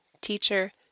teacher